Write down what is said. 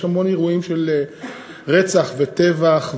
יש המון אירועים של רצח וטבח,